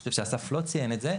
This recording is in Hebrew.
אני חושב שאסף לא ציין את זה,